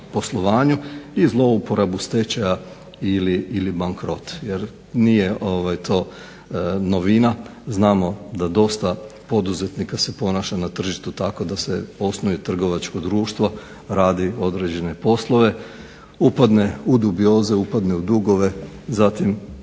poslovanju i zlouporabu stečaja ili bankrot. Jer nije to novina, znamo da dosta poduzetnika se ponaša na tržištu tako da se osnuje trgovačko društvo, radi određene poslove, upadne u dubioze, upadne u dugove, zatim